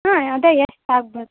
ಹಾಂ ಅದೇ ಎಷ್ಟು ಆಗ್ಬಹುದು